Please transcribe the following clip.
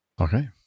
Okay